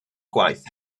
gwaith